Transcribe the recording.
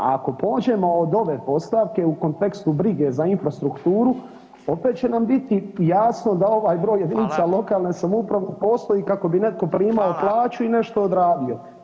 Ako pođemo od ove postavke u kontekstu brige za infrastrukturu opet će nam biti jasno da ovaj broj jedinica lokalne samouprave postoji kako bi netko primao plaću i nešto odradio.